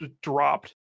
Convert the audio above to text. dropped